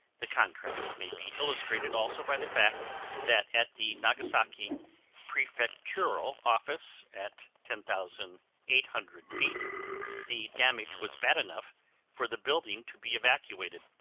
the contrast may be illustrated also by the fact that at the nagasaki prefectural office at ten thousand eight hundred feet the damage was bad enough for the building to be evacuated,